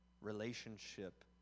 relationship